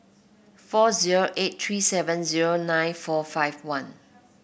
four zero eight three seven zero nine four five one